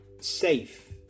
safe